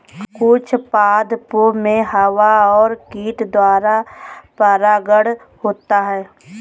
कुछ पादपो मे हवा और कीट द्वारा परागण होता है